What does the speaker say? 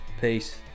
Peace